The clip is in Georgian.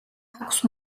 აქვს